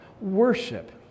worship